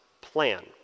plan